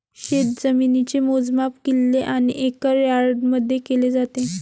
शेतजमिनीचे मोजमाप किल्ले आणि एकर यार्डमध्ये केले जाते